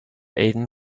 aden